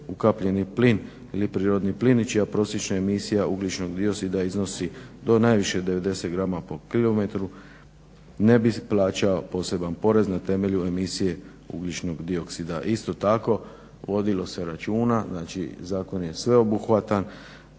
ukapljeni plin ili prirodni plin i čija prosječna emisija ugljičnog dioksida iznosi do najviše 90 grama po kilometru ne bi plaćao poseban porez na temelju emisije ugljičnog dioksida. Isto tako vodilo se računa znači zakon je sveobuhvatan